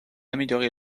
améliorer